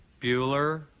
Bueller